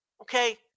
Okay